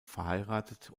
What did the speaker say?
verheiratet